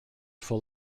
full